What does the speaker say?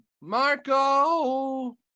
Marco